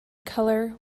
color